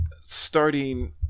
starting